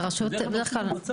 זאת הרשות המבצעת.